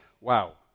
wow